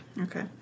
Okay